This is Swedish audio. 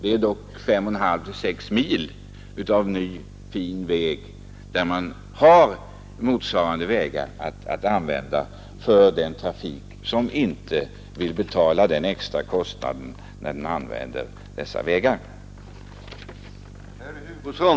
Det är dock 5,5 — 6 mil ny fin väg, där man har en parallell väg att använda för den trafik som inte vill betala den extra kostnaden för den nya vägen.